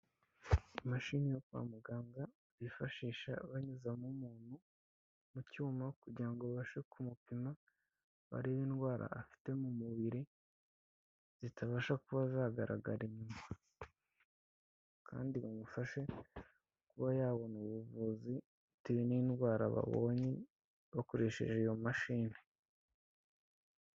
Imashini yo kwa muganga bifashisha banyuzamo umuntu mu cyuma kugira ngo babashe kumupima barebe indwara afite mu mubiri zitabasha kuba zagaragara inyuma kandi bamufashe kuba yabona ubuvuzi bitewe n'indwara babonye bakoresheje iyo mashini.